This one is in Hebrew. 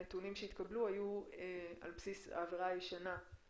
הנתונים שהתקבלו היו על בסיס העבירה הישנה.